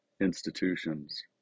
institutions